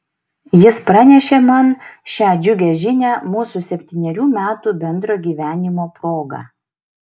jis pranešė man šią džiugią žinią mūsų septynerių metų bendro gyvenimo proga